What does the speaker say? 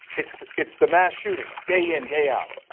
it's it's the mass shootings day in, day out.